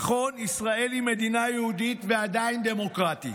נכון, ישראל היא מדינה יהודית ועדיין דמוקרטית.